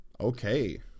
okay